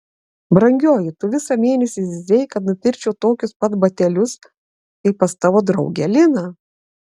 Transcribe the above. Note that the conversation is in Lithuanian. brangioji tu visą mėnesį zyzei kad nupirkčiau tokius pat batelius kaip pas tavo draugę liną